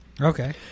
Okay